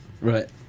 Right